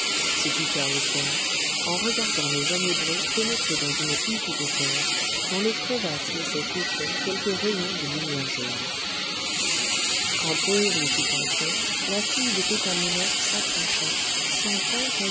se dit tahoser en regardant le jeune hébreu pénétrer dans une hutte de terre dont les crevasses laissaient filtrer quelques rayons de lumière jaune quand poëri fut entré la fille de pétamounoph s'approcha sans